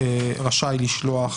רשאי לשלוח